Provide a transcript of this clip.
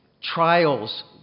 Trials